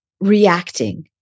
reacting